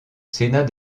sénat